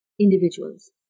individuals